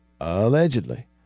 allegedly